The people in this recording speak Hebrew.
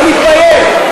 לא מתבייש.